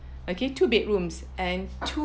okay two bedrooms and two